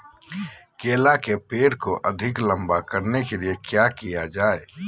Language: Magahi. केला के पेड़ को अधिक लंबा करने के लिए किया किया जाए?